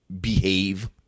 behave